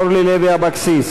אורלי לוי אבקסיס,